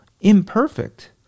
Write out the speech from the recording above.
imperfect